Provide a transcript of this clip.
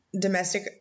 domestic